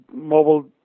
mobile